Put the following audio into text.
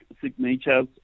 signatures